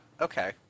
okay